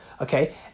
okay